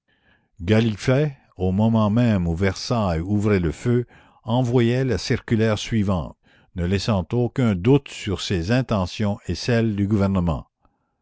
au moment même où versailles ouvrait le feu envoyait la circulaire suivante ne laissant aucun doute sur ses intentions et celles du gouvernement